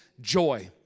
Joy